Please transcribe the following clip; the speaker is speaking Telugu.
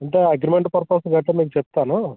అంటే అగ్రిమెంట్ పర్పస్ అయితే నేను చెప్తాను